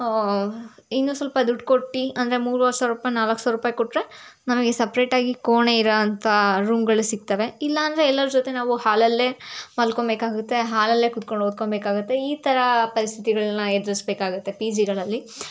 ಇನ್ನೂ ಸ್ವಲ್ಪ ದುಡ್ಡು ಕೊಟ್ಟು ಅಂದರೆ ಮೂರೂವರೆ ಸಾವಿರ ರೂಪಾಯಿ ನಾಲ್ಕು ಸಾವಿರ ರೂಪಾಯಿ ಕೊಟ್ಟರೆ ನಮಗೆ ಸಪ್ರೆಟಾಗಿ ಕೋಣೆ ಇರುವಂಥ ರೂಮ್ಗಳು ಸಿಕ್ತವೆ ಇಲ್ಲ ಅಂದರೆ ಎಲ್ಲರ ಜೊತೆ ನಾವು ಹಾಲಲ್ಲೇ ಮಲ್ಕೋಬೇಕಾಗತ್ತೆ ಹಾಲಲ್ಲೇ ಕುತ್ಕೊಂಡು ಓದ್ಕೊಬೇಕಾಗುತ್ತೆ ಈ ಥರ ಪರಿಸ್ಥಿತಿಗಳನ್ನ ಎದುರಿಸಬೇಕಾಗುತ್ತೆ ಪಿ ಜಿಗಳಲ್ಲಿ